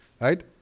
right